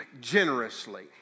generously